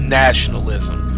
nationalism